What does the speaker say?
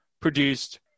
produced